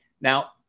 Now